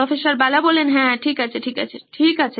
প্রফ্ বালা হ্যাঁ ঠিক আছে ঠিক আছে ঠিক আছে